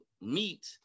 meet